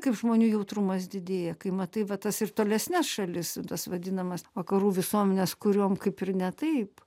kaip žmonių jautrumas didėja kai matai va tas ir tolesnes šalis nu tas vadinamas vakarų visuomenes kuriom kaip ir ne taip